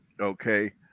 okay